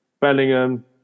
Bellingham